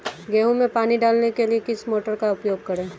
गेहूँ में पानी डालने के लिए किस मोटर का उपयोग करें?